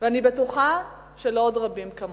ואני בטוחה שלעוד רבים כמוני.